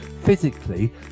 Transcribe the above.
Physically